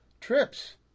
trips